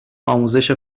آموزش